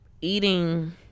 eating